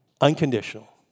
unconditional